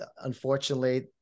unfortunately